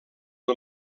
del